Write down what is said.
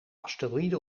asteroïde